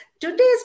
Today's